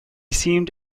seemed